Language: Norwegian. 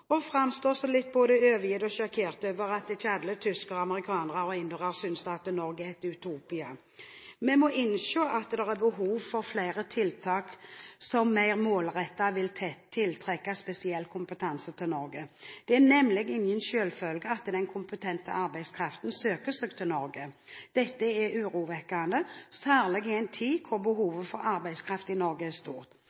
og framstår som litt både overgitt og sjokkert over at ikke alle tyskere, amerikanere og indere synes Norge er et Utopia. Vi må innse at det er behov for flere tiltak som mer målrettet vil tiltrekke spesiell kompetanse til Norge. Det er nemlig ingen selvfølge at den kompetente arbeidskraften søker seg til Norge. Dette er urovekkende, særlig i en tid